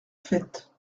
fête